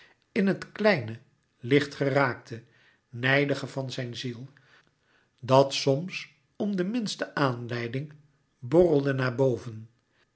in het kleine lichtgeraakte nijdige van zijn ziel dat soms om de minste aanleiding borrelde naar boven